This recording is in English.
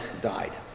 died